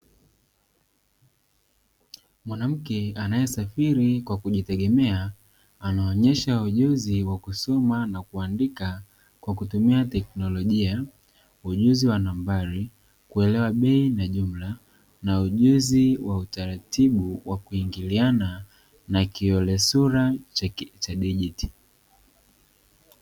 Mwanamke anayesafiri kwa kujitengemea anaonyesha ujuzi wa kusoma na kuandika kwa kutumia teknolojia, ujuzi wa nambari, kuelewa bei na jumla na ujuzi wa utaratibu wa kuingiliana na kiole sura cha dijiti.